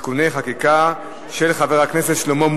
(תיקוני חקיקה), של חבר הכנסת שלמה מולה.